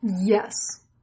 Yes